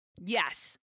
yes